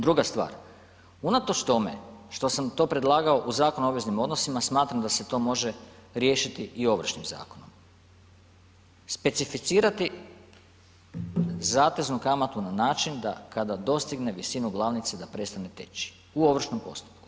Druga stvar, unatoč tome što sam to predlagao u Zakonu o obveznim odnosima, smatram da se to može riješiti i Ovršnim zakonom specificirati zateznu kamatu na način da kada dostigne visinu glavnice da prestane teći u ovršnom postupku.